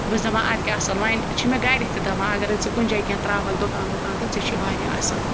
بہٕ چھٮ۪س دَپان اَدٕکیٛاہ اَصٕل وۄنۍ چھِ مےٚ گَرِکۍ تہِ دَپان اَگَرَے ژٕ کُنہِ جایہِ کینٛہہ ترٛاوَکھ دُکان وُکان تہٕ ژےٚ چھی واریاہ اَصٕل